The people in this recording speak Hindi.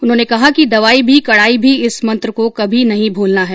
उन्होंने कहा कि दवाई भी कडाई भी इस मंत्र को कभी नहीं भूलना है